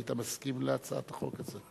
היית מסכים להצעת החוק הזאת?